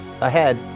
Ahead